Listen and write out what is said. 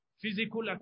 physical